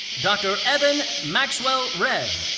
dr. evan maxwell redd.